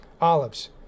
olives